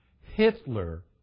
Hitler